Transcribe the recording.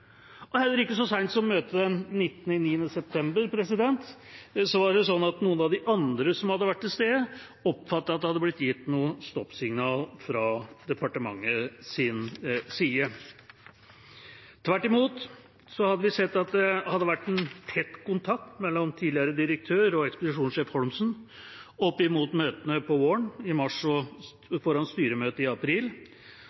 Og heller ikke så sent som på møtet den 19. september 2017 var det sånn at noen av de andre som hadde vært til stede, oppfattet at det var blitt gitt noe stoppsignal fra departementets side. Tvert imot hadde de sett at det hadde vært tett kontakt mellom tidligere direktør og ekspedisjonssjef Holmsen opp mot møtene på våren – i mars, foran styremøtet i april og